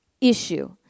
issue